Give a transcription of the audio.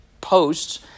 posts